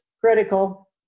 critical